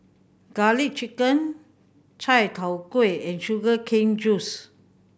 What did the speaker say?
Garlic Chicken Chai Tow Kuay and sugar cane juice